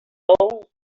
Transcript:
sou